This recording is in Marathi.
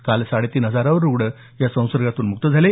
काल साडे तीन हजार रुग्ण या संसर्गातून मुक्त झाले